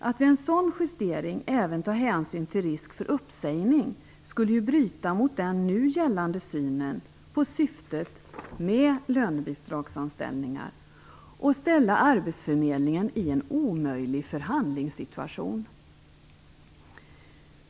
Att vid en sådan justering även ta hänsyn till risk för uppsägning skulle bryta mot den nu gällande synen på syftet med lönebidragsanställningar och ställa arbetsförmedlingen i en omöjlig förhandlingssituation.